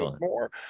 more